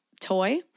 toy